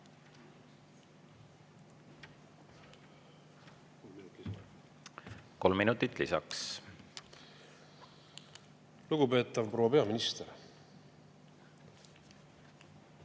Kolm minutit lisaks. Lugupeetav proua peaminister!